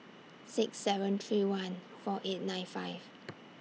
six seven three one four eight nine five